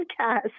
podcast